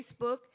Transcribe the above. Facebook